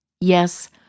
Yes